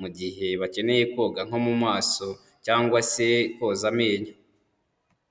mu gihe bakeneye koga nko mu maso cyangwa se koza amenyo.